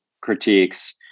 critiques